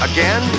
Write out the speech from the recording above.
Again